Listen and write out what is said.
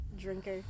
drinker